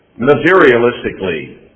materialistically